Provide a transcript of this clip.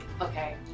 okay